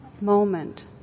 moment